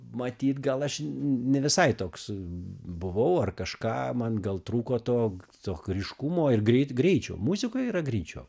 matyt gal aš ne visai toks buvau ar kažką man gal trūko to tok ryškumo ir greit greičio muzikoje yra greičiau